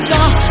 God